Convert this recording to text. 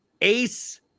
ace